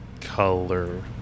color